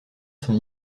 son